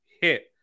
hit